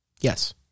Yes